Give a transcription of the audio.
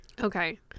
okay